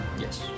Yes